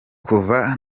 kuva